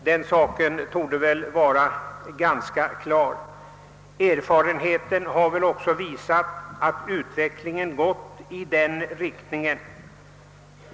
Den saken torde väl vara ganska klar. Erfarenheten har väl också visat att detta är fallet.